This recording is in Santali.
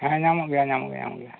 ᱦᱮᱸ ᱧᱟᱢᱚᱜ ᱜᱮᱭᱟ ᱧᱟᱢᱚᱜ ᱜᱮᱭᱟ ᱧᱟᱢᱚᱜ ᱜᱮᱭᱟ